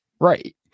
right